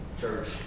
church